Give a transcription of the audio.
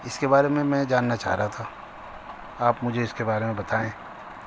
اس کے بارے میں میں جاننا چاہ رہا تھا آپ مجھے اس کے بارے میں بتائیں